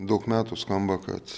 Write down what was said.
daug metų skamba kad